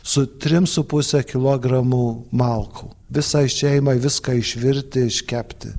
su trim su puse kilogramų malkų visai šeimai viską išvirti iškepti